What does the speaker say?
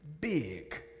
Big